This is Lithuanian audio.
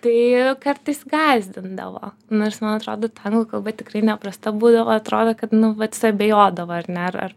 tai kartais gąsdindavo nors man atrodo ta anglų kalba tikrai neprasta būdavo atrodo kad nu vat suabejodavo ar ne ar ar